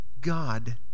God